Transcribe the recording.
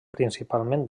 principalment